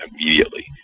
immediately